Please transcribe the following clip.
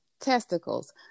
testicles